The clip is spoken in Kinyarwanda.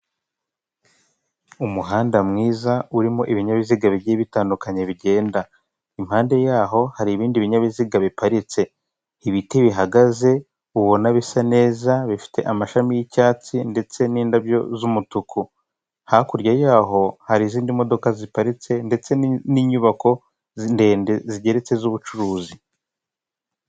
Umuhanda mwiza urimo ibinyabiziga bigiye bitandukanye bigenda. Impande yaho hari ibindi binyabiziga biparitse. Ibiti bihagaze, ubona bisa neza, bifite amashami y'icyatsi, ndetse n'indabyo z'umutuku. Hakurya yaho, hari izindi modoka ziparitse, ndetse n'inyubako ndende zigeretse z'ubucuruzi.